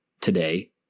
today